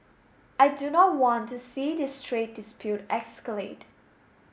I do not want to see this trade dispute escalate